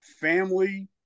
family